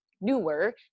newer